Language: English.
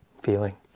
feeling